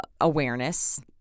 awareness